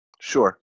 Sure